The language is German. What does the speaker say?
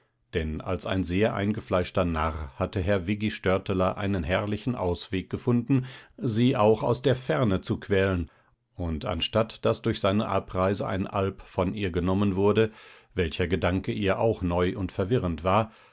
denn als ein sehr eingefleischter narr hatte herr viggi störteler einen herrlichen ausweg gefunden sie auch aus der ferne zu quälen und anstatt daß durch seine abreise ein alp von ihr genommen wurde welcher gedanke ihr auch neu und verwirrend war